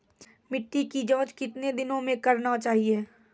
मिट्टी की जाँच कितने दिनों मे करना चाहिए?